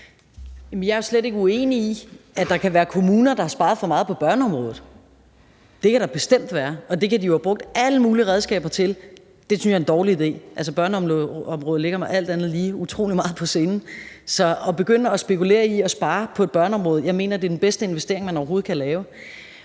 Jeg er slet ikke uenig i, at der kan være kommuner, der har sparet for meget på børneområdet. Det kan der bestemt være, og det kan de jo have brugt alle mulige redskaber til, men det synes jeg er en dårlig idé. Altså, børneområdet ligger mig alt andet lige utrolig meget på sinde, så at begynde at spekulere i at spare på et børneområde mener jeg er en dårlig idé. Jeg mener, at